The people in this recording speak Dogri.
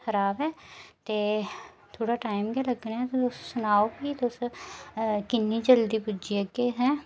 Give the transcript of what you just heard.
खराब ऐ ते थोह्ड़ा टैम गै लग्गना ऐ तुस सुनाओ तुस किन्नी गै जल्दी पुज्जी जाह्गे हैं